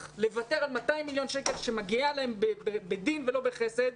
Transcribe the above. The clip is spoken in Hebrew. ולוותר על 200 מיליון שקל שמגיעים להם בדין ולא בחסד.